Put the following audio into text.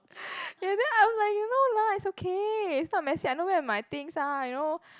ya then I'm like you know lah it's okay it's not messy I know where my things are you know